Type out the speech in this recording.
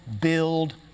build